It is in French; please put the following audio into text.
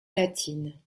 latine